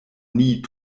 nie